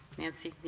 nancy? yeah,